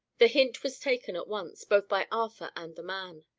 the hint was taken at once, both by arthur and the man.